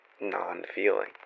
non-feeling